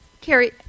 Carrie